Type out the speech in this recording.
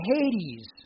Hades